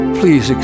please